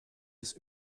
des